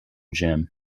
jim